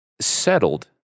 settled